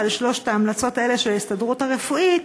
לשלוש ההמלצות האלה של ההסתדרות הרפואית,